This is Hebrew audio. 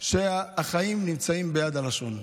שהחיים נמצאים ביד הלשון.